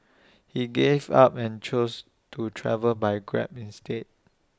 he gave up and chose to travel by grab instead